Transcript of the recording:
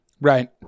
Right